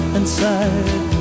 inside